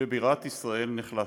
בבירת ישראל נחלשו.